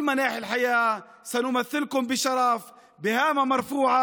נייצג אתכם בכל ההיבטים של החיים בכבוד ובנחישות.